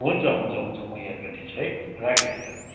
हुन्छ हुन्छ हुन्छ म याद गरिदिन्छु है राखेँ अहिले